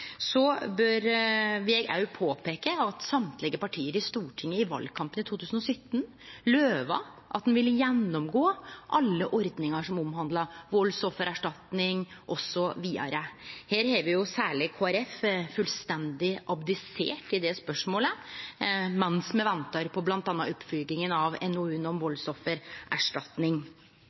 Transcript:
vil eg òg påpeike at alle parti i Stortinget i valkampen 2017 lova at ein ville gjennomgå alle ordningar som omhandla valdsoffererstatning osv. Særleg Kristeleg Folkeparti har fullstendig abdisert i det spørsmålet, mens me ventar på bl.a. oppfølginga av NOU-en om valdsoffererstatning.